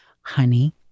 honey